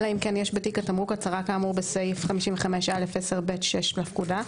אלא אם כן יש בתיק התמרוק הצהרה כאמור בסעיף 55א10(ב)(6) לפקודה.